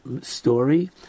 story